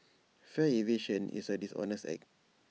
fare evasion is A dishonest act